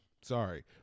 Sorry